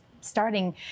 starting